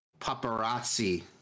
Paparazzi